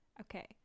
Okay